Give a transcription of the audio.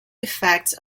effects